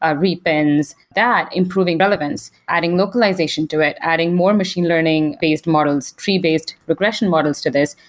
ah re-pins, that improving relevance, adding localization to it, adding more machine learning based models, tree based regression models to this,